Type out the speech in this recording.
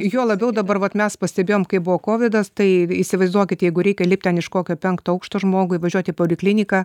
juo labiau dabar vat mes pastebėjom kai buvo kovidas tai įsivaizduokit jeigu reikia lipt ten iš kokio penkto aukšto žmogui važiuot į polikliniką